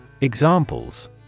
Examples